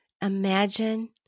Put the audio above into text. Imagine